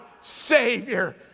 Savior